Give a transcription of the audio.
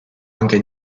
anche